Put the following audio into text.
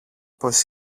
πως